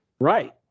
Right